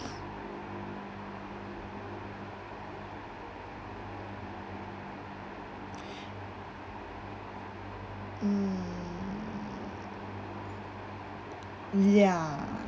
mm yeah